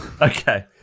Okay